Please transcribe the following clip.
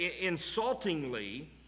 insultingly